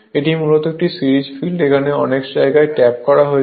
এটি মূলত একটি সিরিজ ফিল্ড এখানে অনেক জায়গায় ট্যাপ করা হয়েছে